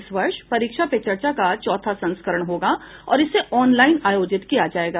इस वर्ष परीक्षा पे चर्चा का चौथा संस्करण होगा और इसे ऑनलाइन आयोजित किया जाएगा